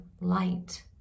light